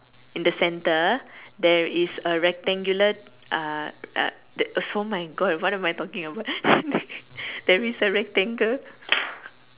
in the center there is a rectangular uh uh oh my God what am I talking about there is a rectangle